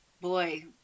boy